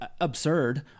absurd